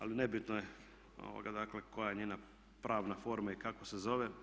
Ali nebitno je, dakle koja je njega pravna forma i kako se zove.